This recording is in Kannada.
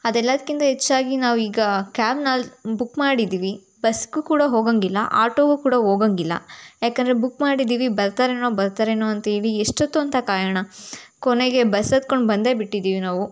ಅದೆಲ್ಲದ್ಕಿಂತ ಹೆಚ್ಚಾಗಿ ನಾವು ಈಗ ಕ್ಯಾಬ್ನ ಬುಕ್ ಮಾಡಿದ್ದೀವಿ ಬಸ್ಗೂ ಕೂಡ ಹೋಗೋಂಗಿಲ್ಲ ಆಟೋಗೂ ಕೂಡ ಹೋಗೋಂಗಿಲ್ಲ ಏಕೆಂದ್ರೆ ಬುಕ್ ಮಾಡಿದ್ದೀವಿ ಬರ್ತಾರೇನೊ ಬರ್ತಾರೇನೋಂತ ಹೇಳಿ ಎಷ್ಟೊತ್ತು ಅಂತ ಕಾಯೋಣ ಕೊನೆಗೆ ಬಸ್ ಹತ್ಕೊಂಡು ಬಂದೇ ಬಿಟ್ಟಿದೀವಿ ನಾವು